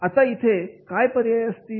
आता इथे काय पर्याय असतील